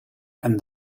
and